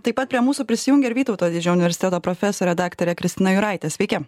taip pat prie mūsų prisijungė ir vytauto didžiojo universiteto profesorė daktarė kristina juraitė sveiki